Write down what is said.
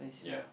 ya